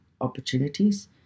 opportunities